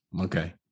Okay